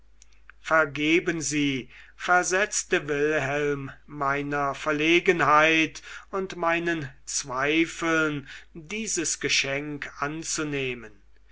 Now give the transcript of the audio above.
vergeben sie versetzte wilhelm meiner verlegenheit und meinen zweifeln dieses geschenk anzunehmen